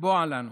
לקבוע לנו.